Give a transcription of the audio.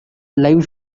live